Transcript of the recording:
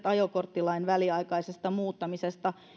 ajokorttilain väliaikaisesta muuttamisesta